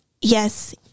Yes